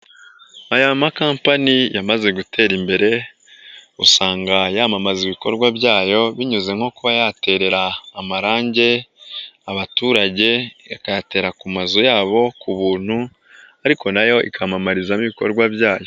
Aya makampanyi yamaze gutera imbere, usanga yamamaza ibikorwa byayo binyuze nko kuba yaterera amarangi abaturage, ikayatera ku mazu yabo k'ubuntu, ariko nayo ikamamarizamo ibikorwa byayo.